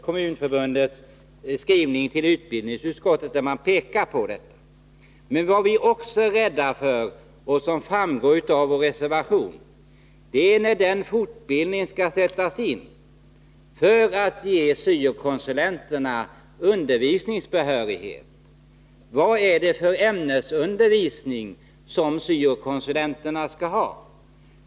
Kommunförbundet pekar på detta i sin skrivelse till utbildningsutskottet. Som framgår av vår reservation 4 är vi också oroliga när det gäller den fortbildning som skall sättas in för att ge syo-konsulenterna undervisningsbehörighet. Vad är det för ämnesundervisning som syo-konsulenterna skall ha?